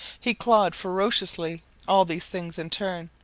he clawed ferociously all these things in turn,